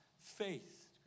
faith